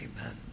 Amen